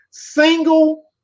Single